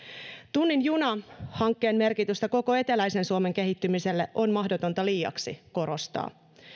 tunnin juna hankkeen merkitystä koko eteläisen suomen kehittymiselle on mahdotonta liiaksi korostaa